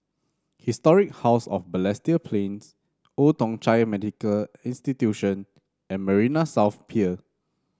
Historic House of Balestier Plains Old Thong Chai Medical Institution and Marina South Pier